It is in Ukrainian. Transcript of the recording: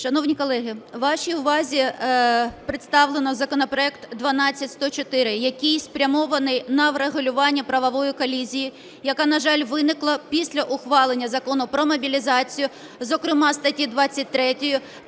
Шановні колеги, вашій увазі представлено законопроект 12104, який спрямований на врегулювання правової колізії, яка, на жаль, виникла після ухвалення Закону про мобілізацію, зокрема статті 23,